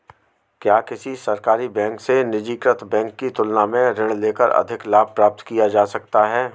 क्या किसी सरकारी बैंक से निजीकृत बैंक की तुलना में ऋण लेकर अधिक लाभ प्राप्त किया जा सकता है?